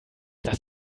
das